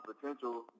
potential